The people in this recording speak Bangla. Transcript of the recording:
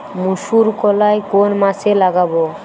মুসুরকলাই কোন মাসে লাগাব?